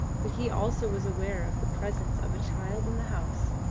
but he also was aware of the presence of a child in the house.